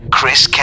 Chris